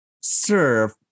serve